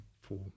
four